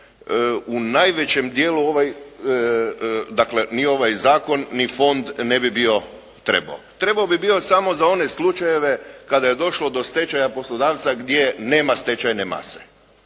u najvećem dijelu, dakle ni ovaj zakon ni fond ne bi bio trebao. Trebao bi bio samo za one slučajeve kada je došlo do stečaja poslodavca gdje nema stečajne mase,